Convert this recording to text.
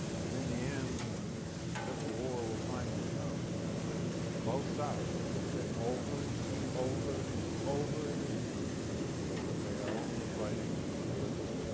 because in the end when this civil war will finally come both sides will say over and over and over again that they are only fighting for liberty.